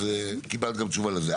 אז קיבלת גם תשובה לזה.